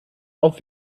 auf